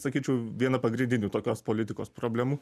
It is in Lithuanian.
sakyčiau viena pagrindinių tokios politikos problemų